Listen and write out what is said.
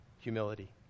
humility